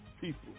people